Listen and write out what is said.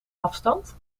afstand